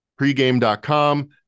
Pregame.com